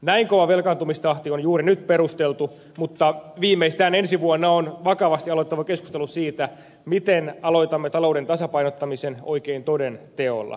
näin kova velkaantumistahti on juuri nyt perusteltu mutta viimeistään ensi vuonna on vakavasti aloitettava keskustelu siitä miten aloitamme talouden tasapainottamisen oikein toden teolla